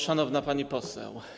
Szanowna Pani Poseł!